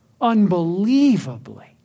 unbelievably